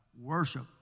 Worship